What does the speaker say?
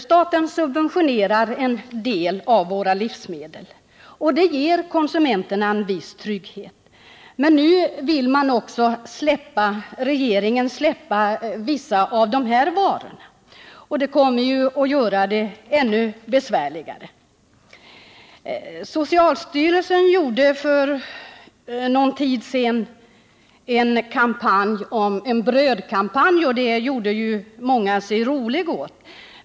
Staten subventionerar en del av våra livsmedel, och det ger konsumenterna en viss trygghet. Men nu vill regeringen också släppa vissa av de varorna, och detta kommer att göra det ännu besvärligare. Socialstyrelsen genomförde för någon tid sedan en brödkampanj, och det gjorde sig många lustiga över.